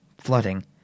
flooding